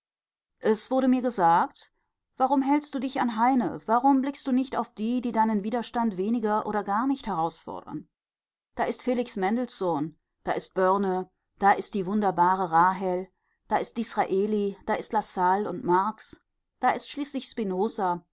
es wurde mir gesagt warum hältst du dich an heine warum blickst du nicht auf die die deinen widerstand weniger oder gar nicht herausfordern da ist felix mendelssohn da ist börne da ist die wunderbare rahel da ist disraeli da ist lassalle und marx da ist schließlich spinoza